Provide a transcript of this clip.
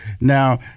now